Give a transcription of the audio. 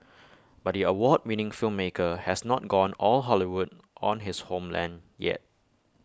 but the award winning filmmaker has not gone all Hollywood on his homeland yet